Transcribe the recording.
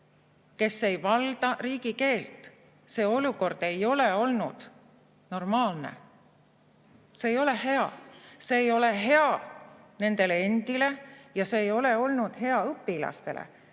kes ei valda riigikeelt. See olukord ei ole olnud normaalne. See ei ole hea. See ei ole hea nendele endile ja see ei ole olnud hea õpilastele,